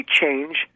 change